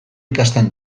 ikasten